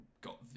got